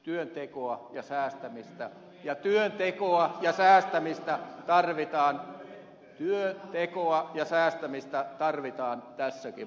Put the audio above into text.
työntekoa ja säästämistä työntekoa ja säästämistä tarvitaan työntekoa ja säästämistä tarvitaan tässäkin maassa